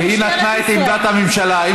היא נתנה את עמדת הממשלה.